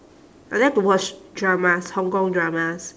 I like to watch dramas hong-kong dramas